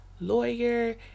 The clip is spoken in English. lawyer